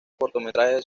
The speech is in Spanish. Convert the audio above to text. cortometrajes